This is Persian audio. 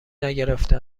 نگرفته